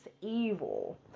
Evil